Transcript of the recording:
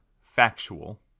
factual